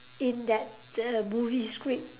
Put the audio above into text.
in that the movie script